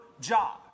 job